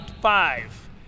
five